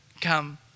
come